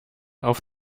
auf